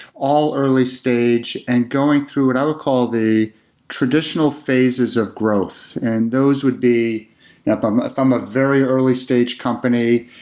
all early stage and going through what i would call the traditional phases of growth, and those would be if i'm if i'm a very early stage company,